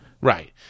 Right